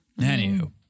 Anywho